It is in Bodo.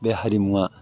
बे हारिमुवा